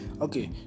Okay